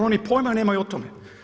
Oni pojma nemaju o tome.